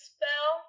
Spell